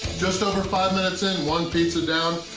just over five minutes in, one pizza down.